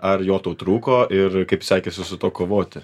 ar jo tau trūko ir kaip sekėsi su tuo kovoti